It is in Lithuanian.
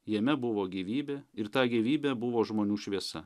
jame buvo gyvybė ir ta gyvybė buvo žmonių šviesa